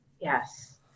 Yes